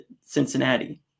Cincinnati